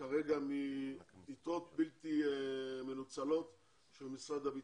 כרגע מיתרות בלתי מנוצלות של משרד הביטחון.